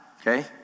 okay